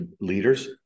leaders